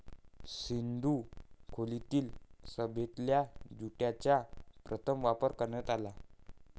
सिंधू खोऱ्यातील सभ्यतेत ज्यूटचा प्रथम वापर करण्यात आला